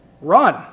run